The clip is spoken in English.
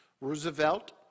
Roosevelt